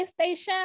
PlayStation